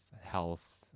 health